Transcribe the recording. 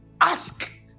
ask